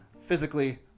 physically